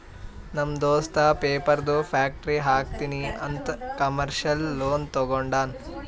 ನಮ್ ದೋಸ್ತ ಪೇಪರ್ದು ಫ್ಯಾಕ್ಟರಿ ಹಾಕ್ತೀನಿ ಅಂತ್ ಕಮರ್ಶಿಯಲ್ ಲೋನ್ ತೊಂಡಾನ